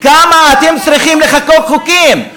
כמה אתם צריכים לחוקק חוקים?